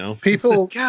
People